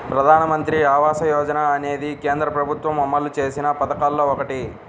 ప్రధానమంత్రి ఆవాస యోజన అనేది కేంద్ర ప్రభుత్వం అమలు చేసిన పథకాల్లో ఒకటి